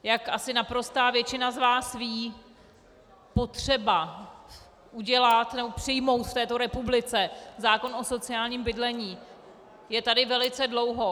Jak asi naprostá většina z vás ví, potřeba udělat nebo přijmout v této republice zákon o sociálním bydlení je tady velice dlouho.